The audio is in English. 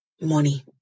money